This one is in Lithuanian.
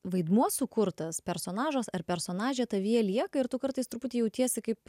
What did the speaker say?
vaidmuo sukurtas personažas ar personažė tavyje lieka ir tu kartais truputį jautiesi kaip